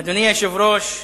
אדוני היושב-ראש,